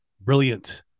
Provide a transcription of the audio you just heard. brilliant